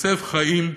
כן?